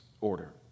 order